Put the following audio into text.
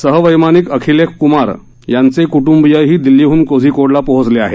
सहवैमानिक अखिलेख क्मार यांचे क्टंबीयही दिल्लीहन कोझिकोडला पोहोचले आहेत